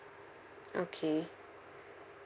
okay